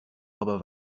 aber